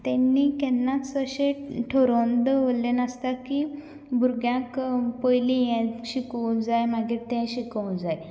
तांणी केन्नाच अशें थारावन दवरल्लें नासता की भुरग्यांक पयली हें शिकोवूं जाय मागीर तें शिकोवं जाय